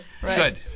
Good